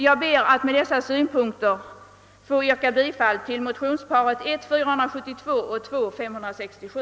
Jag ber att med dessa synpunkter få yrka bifall till motionsparet I: 472 och II: 567.